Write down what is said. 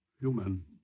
Human